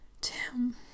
Tim